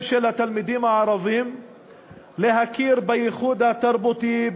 של התלמידים הערבים להכרה בייחוד התרבותי,